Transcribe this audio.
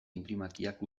inprimakiak